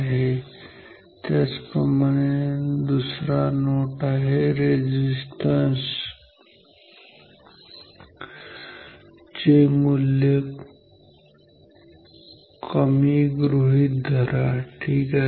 आता त्याचप्रमाणे दुसरा नोट आहे रेझिस्टन्स चे कमी मूल्य गृहीत धरा ठीक आहे